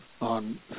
on